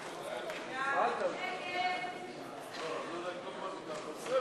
תעשייה, לשנת התקציב